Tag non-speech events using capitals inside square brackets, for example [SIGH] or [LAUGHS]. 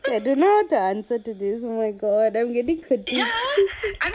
I don't know the answer to this oh my god I'm getting fatigue [LAUGHS]